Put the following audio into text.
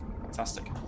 Fantastic